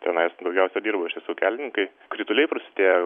tenais daugiausia dirba iš tiesų kelininkai krituliai prasidėjo jau